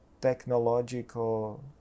technological